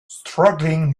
struggling